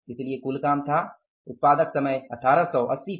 इसलिए कुल काम था उत्पादक समय 1880 था